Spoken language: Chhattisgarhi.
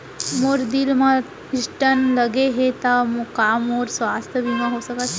मोर दिल मा स्टन्ट लगे हे ता का मोर स्वास्थ बीमा हो सकत हे?